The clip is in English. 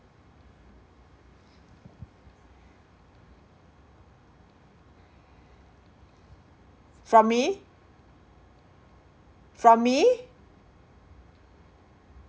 from me from me